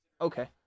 Okay